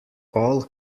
all